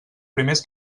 primers